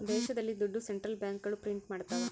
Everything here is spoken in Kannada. ದೇಶದಲ್ಲಿ ದುಡ್ಡು ಸೆಂಟ್ರಲ್ ಬ್ಯಾಂಕ್ಗಳು ಪ್ರಿಂಟ್ ಮಾಡ್ತವ